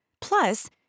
Plus